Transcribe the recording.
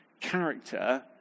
character